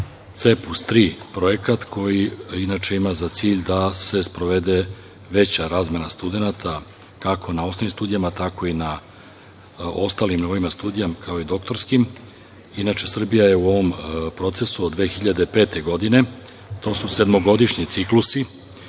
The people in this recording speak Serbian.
CEEPUS III projekat koji inače ima za cilj da se sprovede veća razmena studenata, kako na osnovnim studijama, tako i na ostalim nivoima studija, kao i doktorskim. Inače, Srbija je u ovom procesu od 2005. godine. To su sedmogodišnji ciklusi